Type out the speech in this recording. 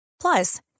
Plus